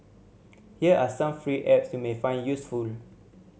here are some free apps you may find useful